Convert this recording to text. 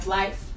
life